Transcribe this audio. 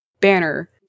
banner